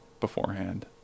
beforehand